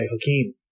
Hakeem